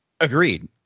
Agreed